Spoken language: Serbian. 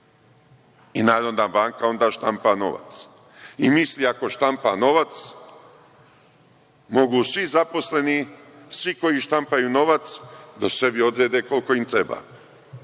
i Narodna banka onda štampa novac i misli ako štampa novac, mogu svi zaposleni, svi koji štampaju novac, da sebi odrede koliko im treba.